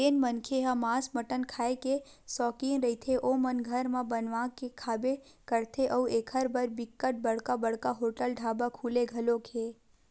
जेन मनखे ह मांस मटन खांए के सौकिन रहिथे ओमन घर म बनवा के खाबे करथे अउ एखर बर बिकट बड़का बड़का होटल ढ़ाबा खुले घलोक हे